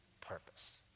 purpose